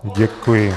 Děkuji.